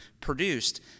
produced